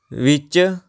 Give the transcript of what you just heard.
ਵਿੱਚ